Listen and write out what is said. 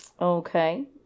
Okay